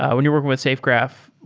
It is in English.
when you're working with safegraph,